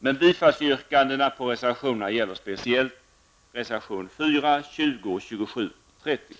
När det gäller yrkandena om bifall till reservationerna handlar det speciellt om reservationerna 4, 20, 27 och 30.